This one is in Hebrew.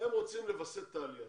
הם רוצים לווסת את העלייה.